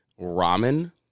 ramen